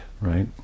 right